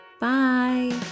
Bye